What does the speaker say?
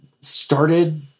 started